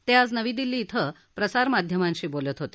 ते आज नवी दिल्ली शिं प्रसारमाध्यमांशी बोलत होते